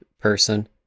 person